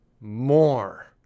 more